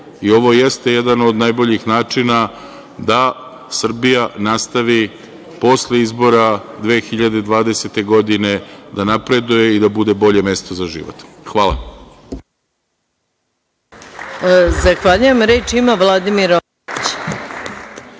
i ovo jeste jedan od najboljih načina da Srbija nastavi posle izbora 2020. godine da napreduje i da bude bolje mesto za život. Hvala.